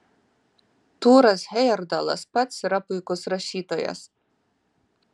tūras hejerdalas pats yra puikus rašytojas